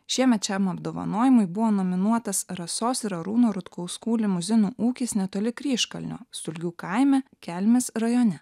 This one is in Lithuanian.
šiemet šiam apdovanojimui buvo nominuotas rasos ir arūno rutkauskų limuzinų ūkis netoli kryžkalnio stulgių kaime kelmės rajone